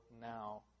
now